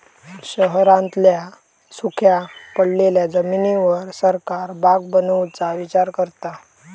शहरांतल्या सुख्या पडलेल्या जमिनीर सरकार बाग बनवुचा विचार करता